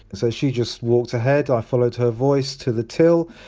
so, she just walked ahead, i followed her voice to the till,